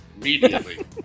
Immediately